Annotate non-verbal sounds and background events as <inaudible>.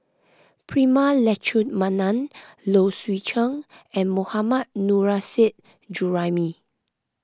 Prema Letchumanan <noise> Low Swee Chen and Mohammad Nurrasyid Juraimi